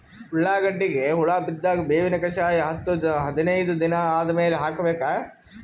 ಉಳ್ಳಾಗಡ್ಡಿಗೆ ಹುಳ ಬಿದ್ದಾಗ ಬೇವಿನ ಕಷಾಯ ಹತ್ತು ಹದಿನೈದ ದಿನ ಆದಮೇಲೆ ಹಾಕಬೇಕ?